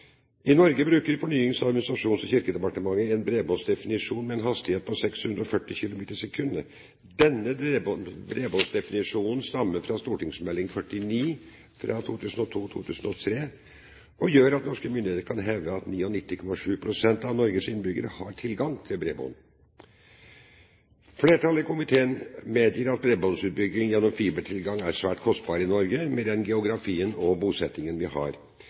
I Norge bruker Fornyings-, administrasjons- og kirkedepartementet en bredbåndsdefinisjon med en hastighet på 640 kbit/s. Denne bredbåndsdefinisjonen stammer fra St.meld. nr. 49 for 2002–2003 og gjør at norske myndigheter kan hevde at 99,7 pst. av Norges innbyggere har tilgang til bredbånd. Flertallet i komiteen medgir at bredbåndsutbygging gjennom fibertilgang er svært kostbart i Norge, med den geografien og bosettingen vi har.